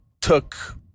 took